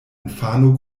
infano